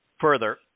Further